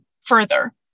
further